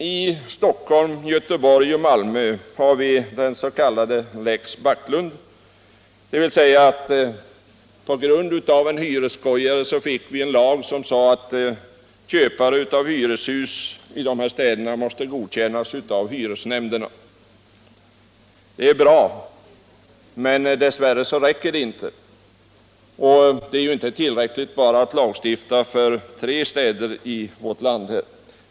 I Stockholm, Göteborg och Malmö gäller den s.k. lex Backström: på grund av en hyresskojares framfart fick vi en lag som sade att köpare av hyreshus i de här städerna måste godkännas av hyresnämnden. Det är bra, men dess värre räcker det inte. Det är ju inte tillräckligt att lagstifta bara för tre städer i vårt land.